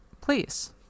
please